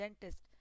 dentist